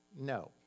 no